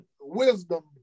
wisdom